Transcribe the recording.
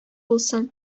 булсын